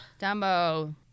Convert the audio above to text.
Dumbo